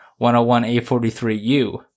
101A43U